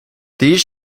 these